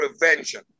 prevention